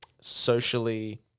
socially